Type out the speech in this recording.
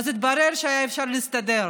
ואז התברר שהיה אפשר להסתדר